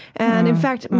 and in fact,